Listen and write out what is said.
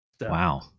Wow